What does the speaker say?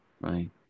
right